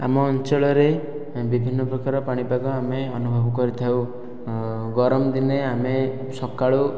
ଆମ ଅଞ୍ଚଳରେ ବିଭିନ୍ନ ପ୍ରକାର ପାଣିପାଗ ଆମେ ଅନୁଭବ କରିଥାଉ ଗରମ ଦିନେ ଆମେ ସକାଳୁ